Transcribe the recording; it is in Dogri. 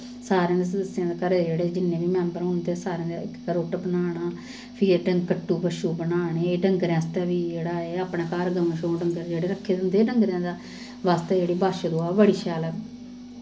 सारे दे सस्सें दे घरें दे जेह्ड़े जिन्ने बी मैम्बर होंदे सारें देंं रुट्ट बनाना फ्ही एह् कट्टू बच्छू बनाने एह् डंगरै आस्तै बी जेह्ड़ा एह् अपनै घर गवां शवां डंगर जेह्ड़े रक्खे दे होंदे डंगरें दा बास्तै जेह्ड़ा बच्छदुआह् ऐ बड़ी शैल ऐ